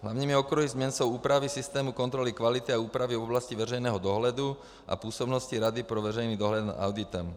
Hlavními okruhy změn jsou úpravy systému kontroly kvality a úpravy v oblasti veřejného dohledu a působnosti Rady pro veřejný dohled nad auditem.